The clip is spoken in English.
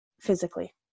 physically